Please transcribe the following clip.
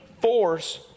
force